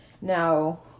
Now